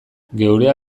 geurea